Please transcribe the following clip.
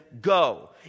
go